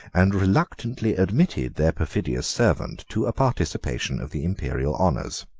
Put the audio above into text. and reluctantly admitted their perfidious servant to a participation of the imperial honors.